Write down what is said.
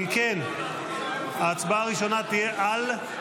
אם כן, ההצבעה הראשונה תהיה על?